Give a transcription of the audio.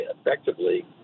effectively